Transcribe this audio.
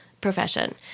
profession